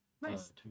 Nice